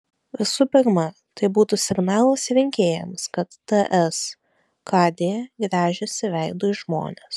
visų pirma tai būtų signalas rinkėjams kad ts kd gręžiasi veidu į žmones